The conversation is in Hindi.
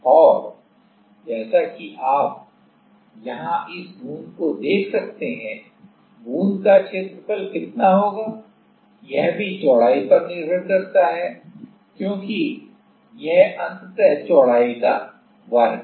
और जैसा कि आप यहां इस बूंद को देख सकते हैं बूंद का क्षेत्रफल कितना होगा यह भी चौड़ाई पर निर्भर करता है क्योंकि यह अंततः चौड़ाई का वर्ग है